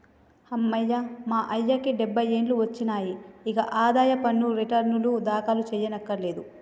అమ్మయ్య మా అయ్యకి డబ్బై ఏండ్లు ఒచ్చినాయి, ఇగ ఆదాయ పన్ను రెటర్నులు దాఖలు సెయ్యకర్లేదు